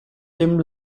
dem